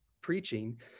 preaching